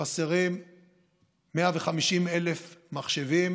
שחסרים 150,000 מחשבים,